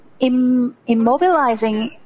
immobilizing